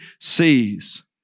sees